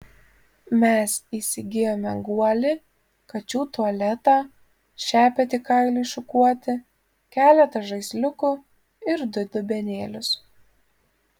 mes įsigijome guolį kačių tualetą šepetį kailiui šukuoti keletą žaisliukų ir du dubenėlius